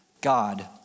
God